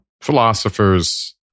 philosophers